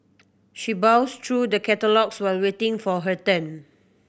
she browsed through the catalogues while waiting for her turn